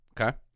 Okay